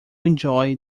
enjoy